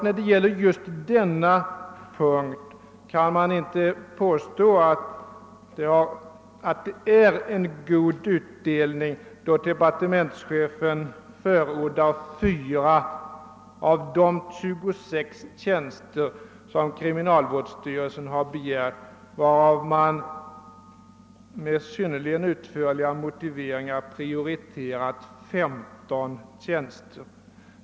Jag menar att man inte kan påstå att det är en god utdelning när departementschefen förordar 4 av de 26 tjänster som kriminalvårdsstyrelsen begärt, varav styrelsen med utförliga motiveringar prioriterat 15.